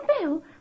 Bill